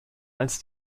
als